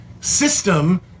system